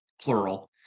plural